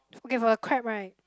okay for the crab right